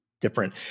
different